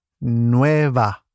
nueva